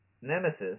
Nemesis